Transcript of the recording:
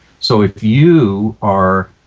so if you are.